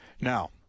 Now